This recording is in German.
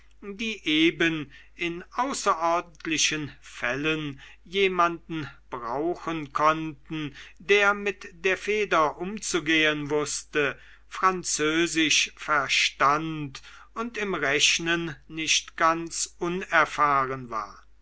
die eben in außerordentlichen fällen jemanden brauchen konnten der mit der feder umzugehen wußte französisch verstand und im rechnen nicht ganz unerfahren war